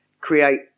create